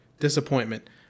disappointment